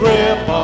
Grip